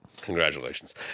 Congratulations